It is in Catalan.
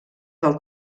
del